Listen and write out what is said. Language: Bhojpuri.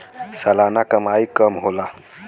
सलाना कमाई कम होला